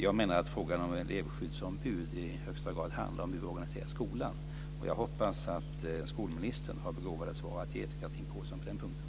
Jag menar att frågan om elevskyddsombud i högsta grad handlar om hur vi organiserar skolan, och jag hoppas att skolministern har begåvade svar att ge till Chatrine Pålsson på den punkten.